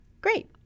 Great